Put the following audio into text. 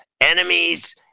enemies